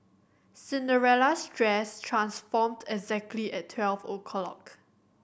Cinderella's dress transformed exactly at twelve o'clock